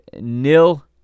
nil